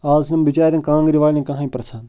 اَز نہٕ بِچارٮ۪ن کانگٔرِ والین کٔہنۍ پرژھان